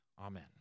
Amen